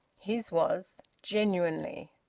his was, genuinely.